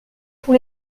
pour